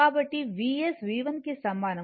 కాబట్టి Vs V1 కి సమానం